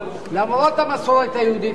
למרות המסורת היהודית,